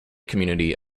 community